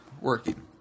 working